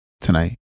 tonight